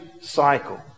cycle